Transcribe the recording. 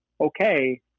okay